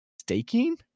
staking